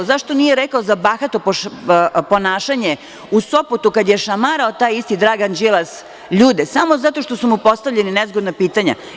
Zašto nije rekao za bahato ponašanje u Sopotu kada je šamarao taj isti Dragan Đilas ljuce, a samo zato što su mu postavljali nezgodna pitanja.